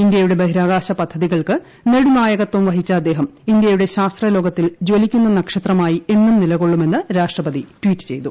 ഇന്ത്യയുടെ ബഹിരാകാശ പദ്ധതികൾക്ക് നെടുനായകത്വം വഹിച്ച അദ്ദേഹം ഇന്ത്യയുടെ ശാസ്ത്രലോകത്തിൽ ജലിക്കുന്ന നഷ്ത്രമായി എന്നും നിലകൊള്ളുമെന്ന് രാഷ്ട്രപതി ട്വീറ്റ് ചെയ്തു